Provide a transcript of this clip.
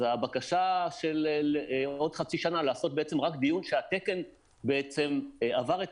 אז הבקשה עוד חצי שנה לעשות בעצם רק דיון כשהתקן בעצם עבר את